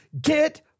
Get